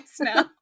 now